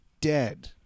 Dead